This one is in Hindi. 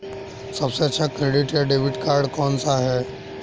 सबसे अच्छा डेबिट या क्रेडिट कार्ड कौन सा है?